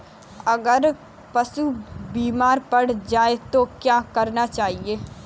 अगर पशु बीमार पड़ जाय तो क्या करना चाहिए?